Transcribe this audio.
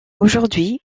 aujourd’hui